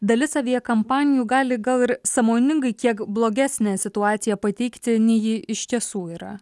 dalis aviakampanijų gali gal ir sąmoningai kiek blogesnę situaciją pateikti nei ji iš tiesų yra